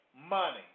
money